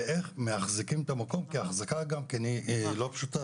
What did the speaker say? ואיך מחזיקים את המקום כי האחזקה גם היא לא פשוטה,